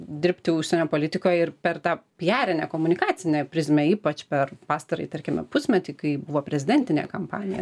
dirbti užsienio politikoje ir per tą pjarinę komunikacinę prizmę ypač per pastarąjį tarkime pusmetį kai buvo prezidentinė kampanija